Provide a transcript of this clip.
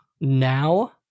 now